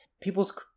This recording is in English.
People's